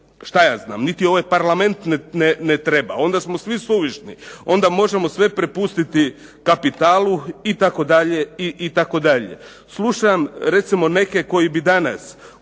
šta ja znam, niti ovaj Parlament ne treba. Onda smo svi suvišni. Onda možemo sve prepustiti kapitalu itd.